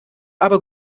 aber